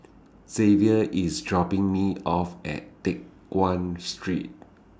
Zavier IS dropping Me off At Teck Guan Street